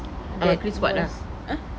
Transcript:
that there's !huh!